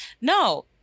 no